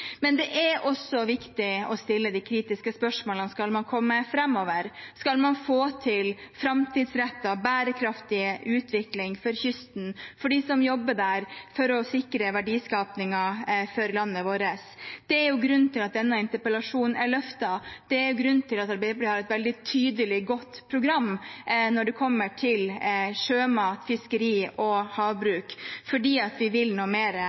men det er også viktig å stille de kritiske spørsmålene skal man komme framover, skal man få til framtidsrettet og bærekraftig utvikling for kysten for dem som jobber der, for å sikre verdiskapingen for landet vårt. Det er grunnen til at denne interpellasjonen er løftet. Det er grunnen til at Arbeiderpartiet har et veldig tydelig, godt program når det kommer til sjømat, fiskeri og havbruk, fordi vi vil noe